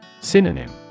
Synonym